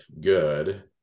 good